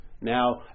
Now